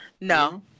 No